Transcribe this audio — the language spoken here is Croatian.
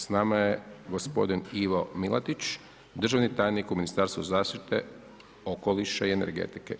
S nama je gospodin Ivo Milatić, državni tajnik u Ministarstvu zaštite okoliša i energetike.